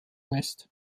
west